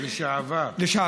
לשעבר.